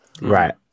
Right